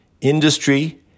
industry